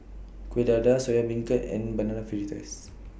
Kueh Dadar Soya Beancurd and Banana Fritters